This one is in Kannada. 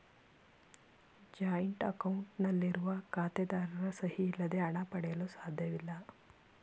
ಜಾಯಿನ್ಟ್ ಅಕೌಂಟ್ ನಲ್ಲಿರುವ ಖಾತೆದಾರರ ಸಹಿ ಇಲ್ಲದೆ ಹಣ ಪಡೆಯಲು ಸಾಧ್ಯವಿಲ್ಲ